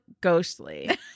ghostly